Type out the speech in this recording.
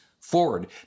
forward